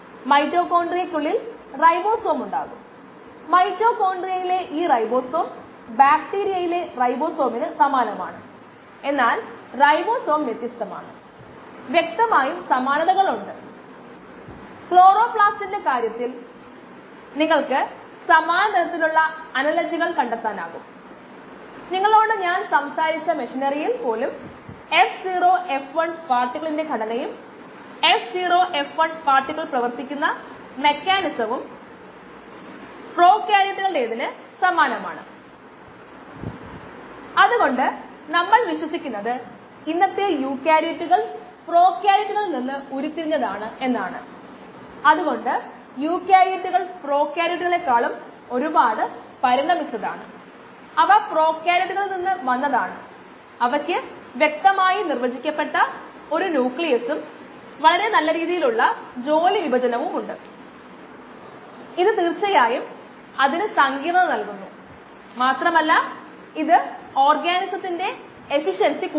ഈ പ്രഭാഷണം നമ്മൾ അവസാനിപ്പിക്കുമെന്നു കരുതുന്നു ഇതൊരു ഹ്രസ്വ പ്രഭാഷണമാണ് പ്രശ്നത്തിന്റെ പരിഹാരമാണ് നോക്കുന്നത്